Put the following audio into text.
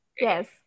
yes